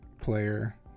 player